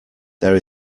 there